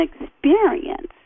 experience